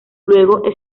luego